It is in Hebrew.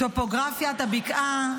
טופוגרפיית הבקעה,